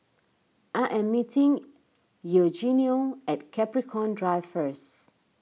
I am meeting Eugenio at Capricorn Drive first